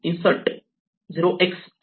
इन्सर्ट0x आहे